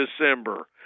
December